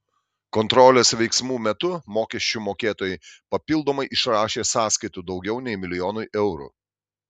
kontrolės veiksmų metu mokesčių mokėtojai papildomai išrašė sąskaitų daugiau nei milijonui eurų